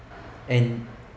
and